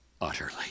utterly